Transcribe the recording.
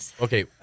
okay